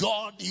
God